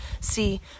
See